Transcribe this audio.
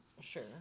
Sure